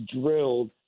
drilled